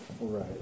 right